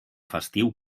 festiu